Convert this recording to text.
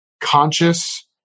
conscious